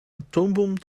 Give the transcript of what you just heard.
atoombom